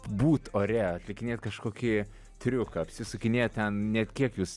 būt ore atlikinėt kažkokį triuką apsisukinėt ten net kiek jūs